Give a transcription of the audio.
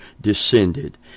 descended